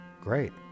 Great